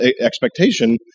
expectation